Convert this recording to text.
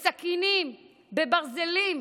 בסכינים, בברזלים.